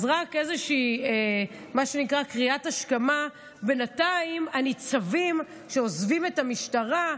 אז רק איזושהי קריאת השכמה: בינתיים הניצבים שעוזבים את המשטרה,